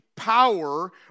power